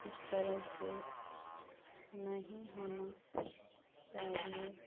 इस तरह से नहीं होना चाहिए